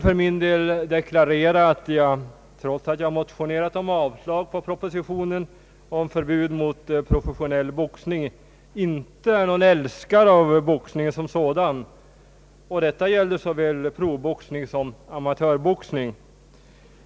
För min del vill jag deklarera att jag, trots att jag motionerat om avslag på propositionen om förbud mot professionell boxning, inte är någon älskare av boxningen som sådan, och detta gäller såväl proffsboxning som amatörboxning.